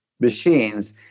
machines